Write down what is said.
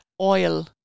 oil